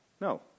No